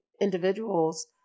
individuals